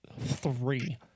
three